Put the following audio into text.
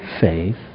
faith